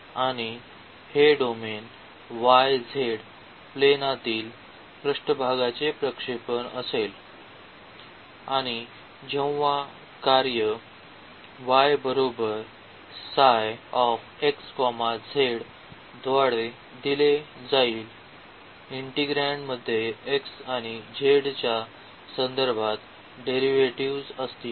आणि हे domain y z प्लेनातील पृष्ठभागाचे प्रक्षेपण असेल आणि जेव्हा कार्य y ψ x z द्वारे दिले जाईल इंटिग्रँड मध्ये x आणि z च्या संदर्भात डेरिव्हेटिव्ह असतील